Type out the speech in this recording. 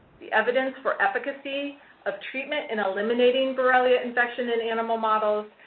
the evidence for efficacy of treatment in eliminating borrelia infection in animal models,